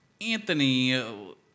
Anthony